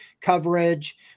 coverage